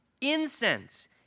Incense